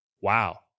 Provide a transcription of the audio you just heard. wow